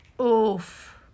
Oof